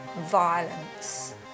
violence